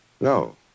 No